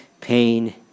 pain